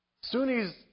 Sunnis